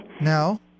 Now